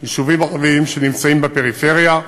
יישובים ערביים שנמצאים בפריפריה,